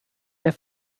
der